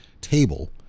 table